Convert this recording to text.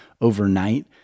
overnight